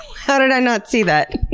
how did i not see that?